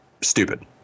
stupid